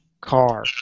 car